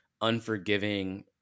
unforgiving